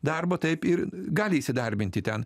darbo taip ir gali įsidarbinti ten